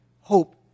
hope